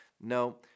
No